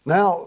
Now